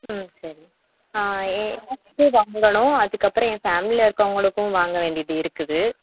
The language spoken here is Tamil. ம் சரி என் வாங்கணும் அதுக்கப்புறம் என் ஃபேமிலியில் இருக்கறவங்களுக்கும் வாங்க வேண்டியது இருக்குது